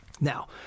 Now